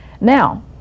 Now